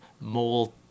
mold